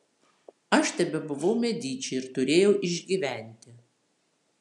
aš tebebuvau mediči ir turėjau išgyventi